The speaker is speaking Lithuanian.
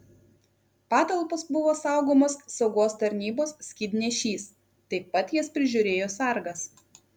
patalpos buvo saugomos saugos tarnybos skydnešys taip pat jas prižiūrėjo sargas